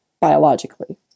biologically